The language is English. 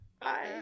Bye